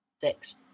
Six